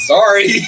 Sorry